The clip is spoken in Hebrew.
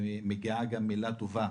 ומגיעה גם מילה טובה